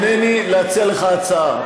הינני להציע לך הצעה,